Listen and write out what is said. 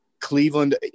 Cleveland